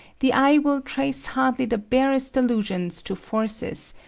the eye will trace hardly the barest allusions to forces,